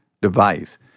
device